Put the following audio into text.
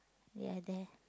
ya there